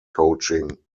coaching